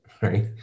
right